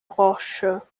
roche